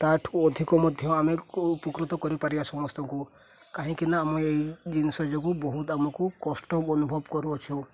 ତା'ଠୁ ଅଧିକ ମଧ୍ୟ ଆମେ ଉପକୃତ କରିପାରିବା ସମସ୍ତଙ୍କୁ କାହିଁକିନା ଆମେ ଏଇ ଜିନିଷ ଯୋଗୁଁ ବହୁତ ଆମକୁ କଷ୍ଟ ଅନୁଭବ କରୁଅଛୁ